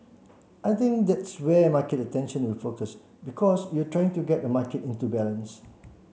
I think that's where market attention will focus because you're trying to get a market into balance